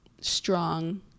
strong